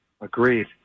Agreed